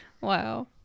Wow